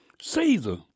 Caesar